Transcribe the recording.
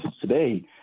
today